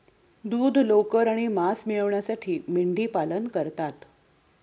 दूध, लोकर आणि मांस मिळविण्यासाठी मेंढीपालन करतात